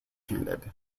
handed